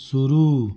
शुरू